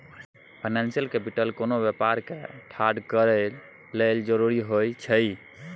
financial capital कोनो व्यापार के ठाढ़ करए लेल जरूरी होइ छइ